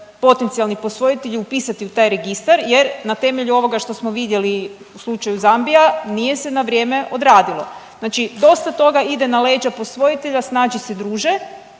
potencijalni posvojitelji upisati u taj registar jer na temelju ovoga što smo vidjeli u slučaju Zambija nije se na vrijeme odradilo. Znači dosta toga ide ne leđa posvojitelja snađi se druže